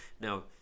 Now